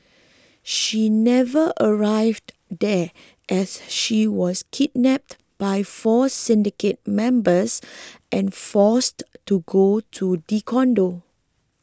she never arrived there as she was kidnapped by four syndicate members and forced to go to the condo